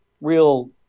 real